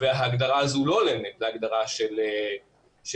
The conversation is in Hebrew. וההגדרה הזאת לא הולמת להגדרה לא של